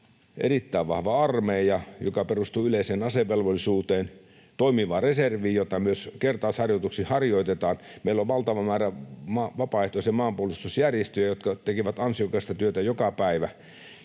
erittäin vahva armeija, joka perustuu yleiseen asevelvollisuuteen, toimiva reservi, jota myös kertausharjoituksin harjoitetaan. Meillä on valtava määrä vapaaehtoisia maanpuolustusjärjestöjä, jotka tekevät ansiokasta työtä joka päivä,